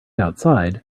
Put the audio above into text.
outside